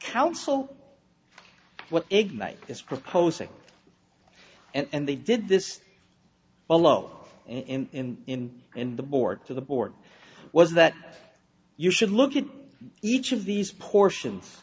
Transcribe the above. counsel what ignite is proposing and they did this below in in the board to the board was that you should look at each of these portions